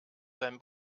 sein